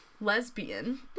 lesbian